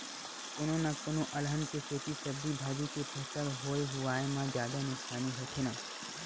कोनो न कोनो अलहन के सेती सब्जी भाजी के फसल होए हुवाए म जादा नुकसानी होथे न